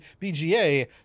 BGA